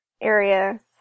areas